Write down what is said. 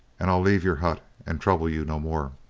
and i'll leave your hut and trouble you no more.